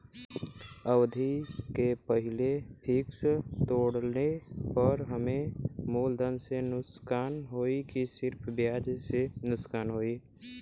अवधि के पहिले फिक्स तोड़ले पर हम्मे मुलधन से नुकसान होयी की सिर्फ ब्याज से नुकसान होयी?